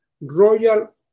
Royal